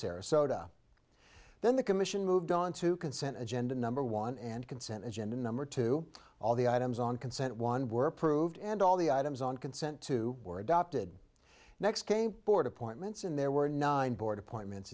sarasota then the commission moved onto consent agenda number one and consent agenda number two all the items on consent one were approved and all the items on consent to were adopted next came board appointments and there were nine board appointments